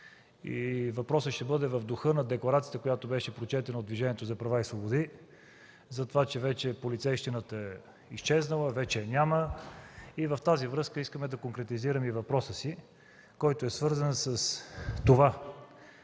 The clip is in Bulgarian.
и въпросът ще бъде в духа на декларацията, която беше прочетена от Движението за права и свободи – за това, че вече полицейщината е изчезнала, че вече я няма. В тази връзка искам да конкретизирам и въпроса си: кое налага на